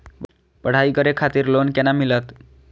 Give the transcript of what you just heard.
पढ़ाई करे खातिर लोन केना मिलत?